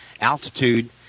altitude